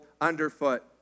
underfoot